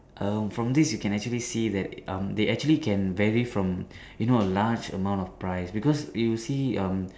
um from this you can actually see that um they actually can vary from you know a large amount of price because you see um